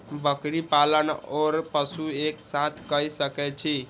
बकरी पालन ओर पशु एक साथ कई सके छी?